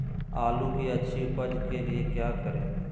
आलू की अच्छी उपज के लिए क्या करें?